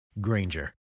Granger